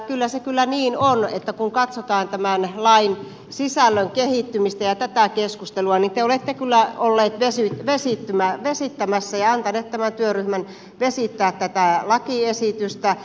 kyllä se niin on että kun katsotaan tämän lain sisällön kehittymistä ja tätä keskustelua niin te olette kyllä ollut vesittämässä ja antaneet tämän työryhmän vesittää tätä lakiesitystä